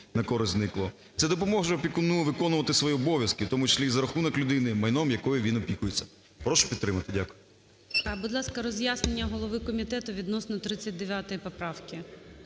Це допоможе опікуну виконувати свої обов'язки, в тому числі і за рахунок людини, майном якої він опікується. Прошу підтримати, дякую.